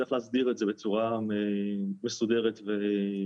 צריך להסדיר את זה בצורה מסוגרת ונקייה.